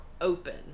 open